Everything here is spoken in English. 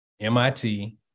MIT